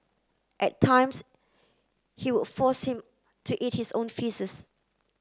at times he would force him to eat his own faeces